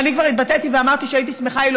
ואני כבר התבטאתי ואמרתי שהייתי שמחה אילו